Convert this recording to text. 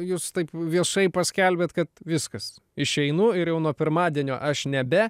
jūs taip viešai paskelbėt kad viskas išeinu ir jau nuo pirmadienio aš nebe